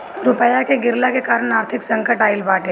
रुपया के गिरला के कारण आर्थिक संकट आईल बाटे